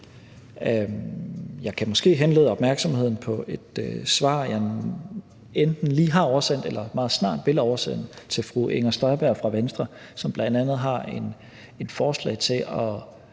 Jeg kan måske henlede opmærksomheden på et svar, jeg enten lige har oversendt eller meget snart vil oversende til fru Inger Støjberg fra Venstre, som bl.a. har et forslag til